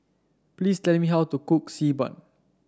please tell me how to cook Xi Ban